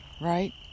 right